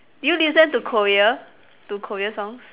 do you listen to Korea to Korea songs